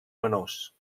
menors